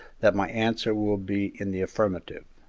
that my answer will be in the affirmative.